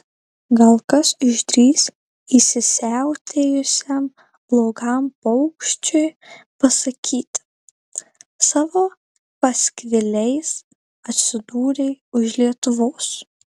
gal kas išdrįs įsisiautėjusiam blogam paukščiui pasakyti savo paskviliais atsidūrei už lietuvos